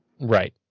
Right